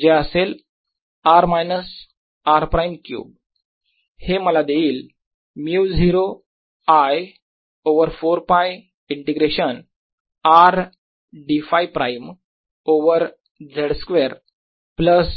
जे असेल r minus r prime cube हे मला देईल μ0 I over 4π integration R dΦ prime over z square plus